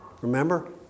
Remember